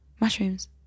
mushrooms